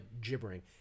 gibbering